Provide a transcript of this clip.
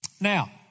Now